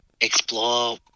explore